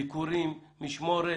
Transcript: ביקורים, משמורת,